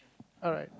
alright